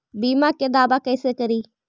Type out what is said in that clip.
बीमा के दावा कैसे करी?